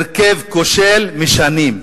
הרכב כושל משנים,